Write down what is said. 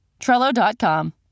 Trello.com